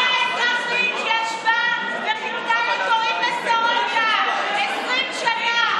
אני האזרחית שישבה וחיכתה לתורים בסורוקה 20 שנה.